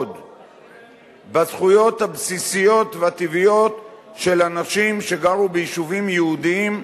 בזכויות הבסיסיות והטבעיות של אנשים שגרו ביישובים יהודיים,